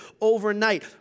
overnight